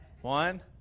one